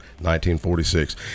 1946